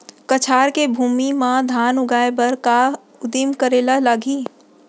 कछार के भूमि मा धान उगाए बर का का उदिम करे ला लागही?